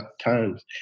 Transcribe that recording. times